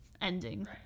ending